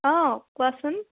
অঁ কোৱাচোন